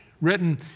written